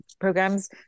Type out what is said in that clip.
programs